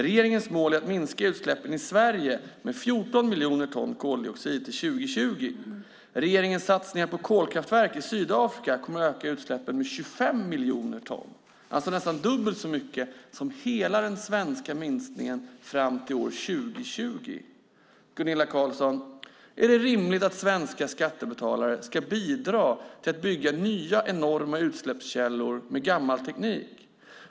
Regeringens mål är att minska utsläppen i Sverige med 14 miljoner ton koldioxid till år 2020. Regeringens satsningar på kolkraftverk i Sydafrika kommer att öka utsläppen med 25 miljoner ton, alltså nästan dubbelt så mycket som hela den svenska minskningen fram till år 2020. Gunilla Carlsson, är det rimligt att svenska skattebetalare ska bidra till att bygga nya enorma utsläppskällor med gammal teknik?